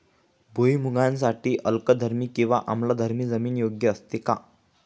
भुईमूगासाठी अल्कधर्मी किंवा आम्लधर्मी जमीन योग्य असते का?